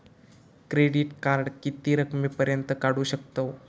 Credit card किती रकमेपर्यंत काढू शकतव?